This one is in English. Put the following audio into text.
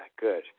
good